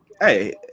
Hey